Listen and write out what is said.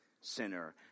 sinner